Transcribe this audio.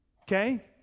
Okay